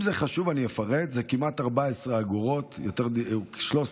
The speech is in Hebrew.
אם זה חשוב, אני אפרט: זה כמעט 14 אגורות, 13.98